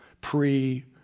pre